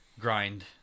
grind